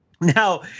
Now